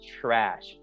trash